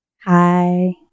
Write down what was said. Hi